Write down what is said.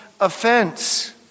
offense